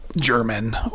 German